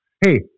hey